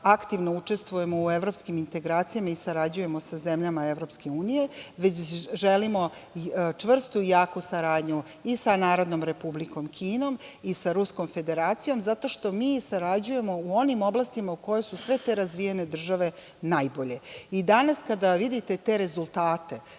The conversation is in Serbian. aktivno učestvujemo u evropskim integracijama i sarađujemo sa zemljama EU, već želimo čvrstu i jaku saradnju sa Narodnom Republikom Kinom i sa Ruskom Federacijom, zato što mi sarađujemo u onim oblastima u kojima su sve te razvijene države najbolje. Danas kada vidite te rezultate,